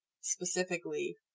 specifically